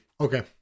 Okay